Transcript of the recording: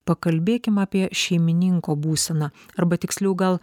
pakalbėkim apie šeimininko būseną arba tiksliau gal